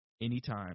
anytime